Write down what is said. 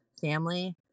family